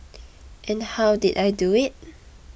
and how did I do it